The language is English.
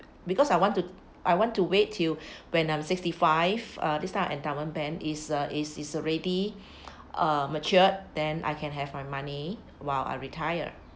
because I want to I want to wait till when I'm sixty five uh this type of endowment plan is uh is is already uh matured then I can have my money while I retired